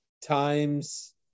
times